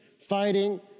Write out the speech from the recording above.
fighting